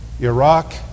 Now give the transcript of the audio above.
Iraq